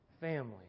Family